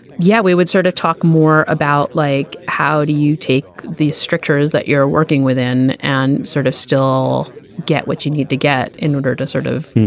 yeah. we would sort of talk more about like how do you take these strictures that you're working within and sort of still get what you need to get in order to sort of,